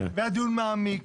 היה דיון מעמיק